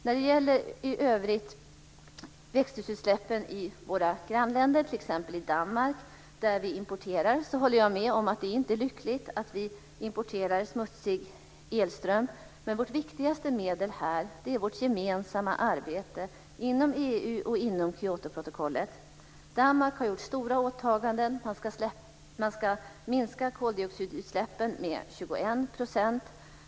När det gäller utsläpp av växthusgaser i våra grannländer, t.ex. Danmark som vi importerar från, håller jag med om att det inte är lyckligt att vi importerar smutsig elström. Vårt viktigaste medel är vårt gemensamma arbete inom EU och inom ramen för Kyotoprotokollet. Danmark har gjort stora åtaganden, bl.a. att minska koldioxidutsläppen med 21 %.